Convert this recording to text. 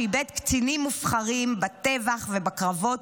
שאיבד קצינים מובחרים בטבח ובקרבות,